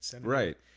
Right